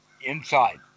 inside